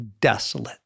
desolate